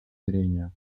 зрения